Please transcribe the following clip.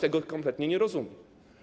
Tego kompletnie nie rozumiem.